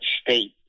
state